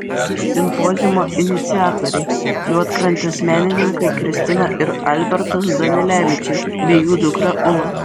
simpoziumo iniciatoriai juodkrantės menininkai kristina ir albertas danilevičiai bei jų dukra ula